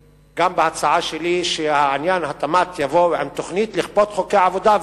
וההצעה שלי שהתמ"ת יבוא עם תוכנית לכפות חוקי עבודה,